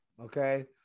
Okay